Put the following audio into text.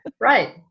right